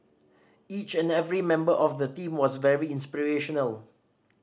each and every member of the team was very inspirational